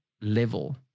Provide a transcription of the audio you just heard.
level